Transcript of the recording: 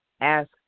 ask